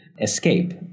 escape